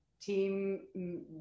team